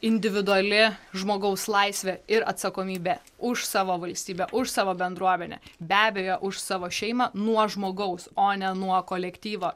individuali žmogaus laisvė ir atsakomybė už savo valstybę už savo bendruomenę be abejo už savo šeimą nuo žmogaus o ne nuo kolektyvo